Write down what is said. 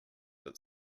but